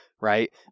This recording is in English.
right